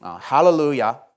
Hallelujah